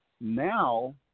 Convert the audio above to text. Now